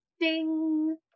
Ding